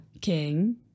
King